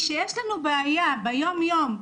כשיש לנו בעיה, ביומיום,